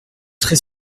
très